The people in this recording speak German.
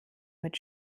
mit